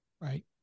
right